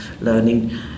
learning